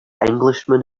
englishman